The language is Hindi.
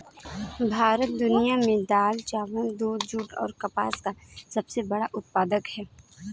भारत दुनिया में दाल, चावल, दूध, जूट और कपास का सबसे बड़ा उत्पादक है